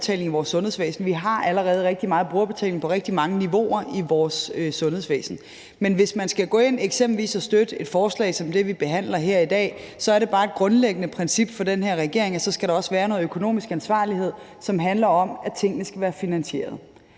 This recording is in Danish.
i vores sundhedsvæsen. Vi har allerede rigtig meget brugerbetaling på rigtig mange niveauer i vores sundhedsvæsen. Men hvis man skal gå ind og støtte et forslag som eksempelvis det, vi behandler her i dag, er det bare et grundlæggende princip for den her regering, at der også skal være noget økonomisk ansvarlighed, som handler om, at tingene skal være finansierede.